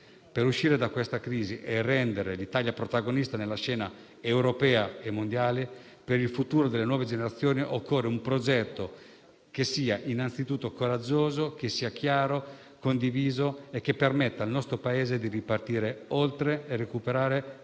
Per uscire da questa crisi e rendere l'Italia protagonista nella scena europea e mondiale, per il futuro delle nuove generazioni, occorre un progetto che sia innanzitutto coraggioso, chiaro e condiviso e che permetta al nostro Paese di ripartire e recuperare